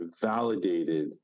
validated